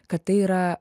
kad tai yra